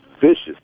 vicious